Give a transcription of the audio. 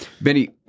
Benny